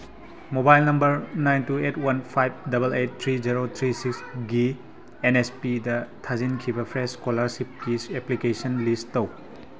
mobile number nine two eight one five double eight three zero three ꯁꯤꯛꯁꯒꯤ ꯑꯦꯟꯅꯦꯁꯄꯤꯗ ꯊꯥꯖꯤꯟꯈꯤꯕ fresh ꯏꯁꯀꯣꯂꯥꯔꯁꯤꯞꯀꯤ application ꯂꯤꯁ ꯇꯧ